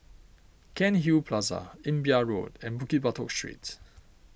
Cairnhill Plaza Imbiah Road and Bukit Batok Street